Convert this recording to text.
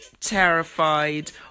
terrified